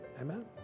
Amen